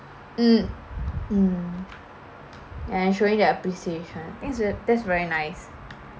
um um ya and showing their appreciation think that's very nice